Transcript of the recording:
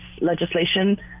legislation